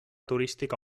turística